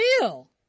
real